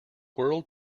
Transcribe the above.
world